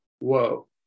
Whoa